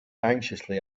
anxiously